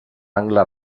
angle